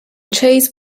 chased